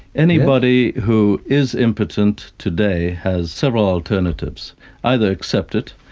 anybody who is impotent today has several alternatives either accept it,